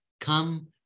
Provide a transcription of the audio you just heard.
come